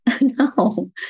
No